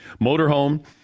motorhome